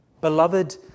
Beloved